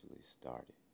started